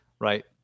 right